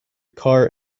car